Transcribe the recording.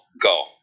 go